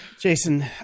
Jason